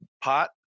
pot